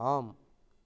ஆம்